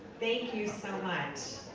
thank you so much.